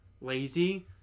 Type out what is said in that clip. lazy